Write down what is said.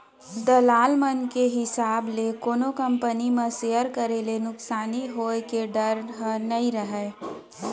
दलाल मन के हिसाब ले कोनो कंपनी म सेयर करे ले नुकसानी होय के डर ह नइ रहय